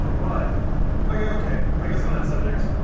um but okay, okay, i guess on that subject